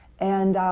and